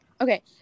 Okay